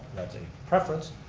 that's a preference,